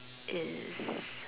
is